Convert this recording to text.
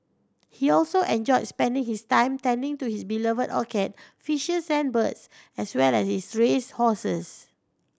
he also enjoyed spending his time tending to his beloved orchid fishes and birds as well as his race horses